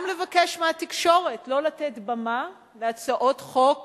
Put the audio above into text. גם לבקש מהתקשורת לא לתת במה להצעות חוק